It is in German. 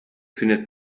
findet